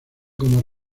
como